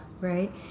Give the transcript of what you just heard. Right